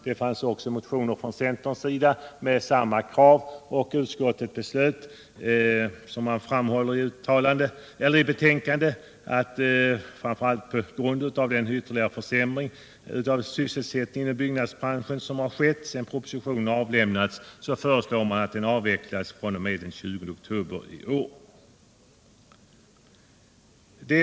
Det finns också motioner från centern med samma krav, och utskottet föreslår i sitt betänkande — framför allt på grund av den ytterligare försämring av sysselsättningen inom byggnadsbranschen som har skett sedan propositionen avlämnades — att avgiften avvecklas fr.o.m. den 20 oktober i år.